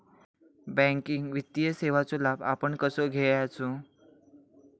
Banking वित्तीय सेवाचो लाभ आपण कसो घेयाचो?